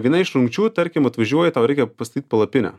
viena iš rungčių tarkim atvažiuoja tau reikia pastatyt palapinę